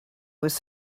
was